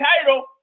title